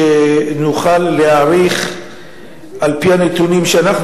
שנוכל להעריך על-פי הנתונים שאנחנו